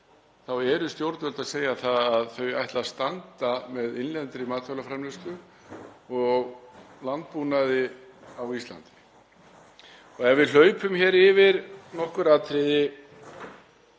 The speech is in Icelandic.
eru stjórnvöld að segja að þau ætli að standa með innlendri matvælaframleiðslu og landbúnaði á Íslandi. Ef við hlaupum yfir nokkur atriði